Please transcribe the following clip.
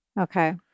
Okay